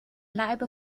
لعب